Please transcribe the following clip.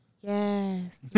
yes